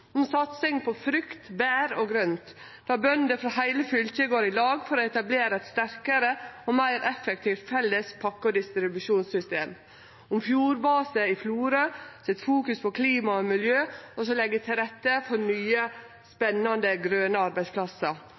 om satsing på frukt, bær og grønt, der bønder frå heile fylket går i lag for å etablere eit sterkare og meir effektivt felles pakke- og distribusjonssystem om Fjord Base i Florø sitt fokus på klima og miljø, som legg til rette for nye, spennande grøne arbeidsplassar